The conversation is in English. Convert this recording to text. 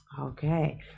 Okay